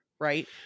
right